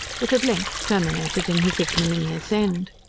that at length terminated in his ignominious end.